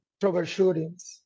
troubleshootings